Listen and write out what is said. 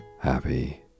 happy